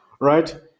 right